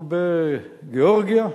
ובגאורגיה.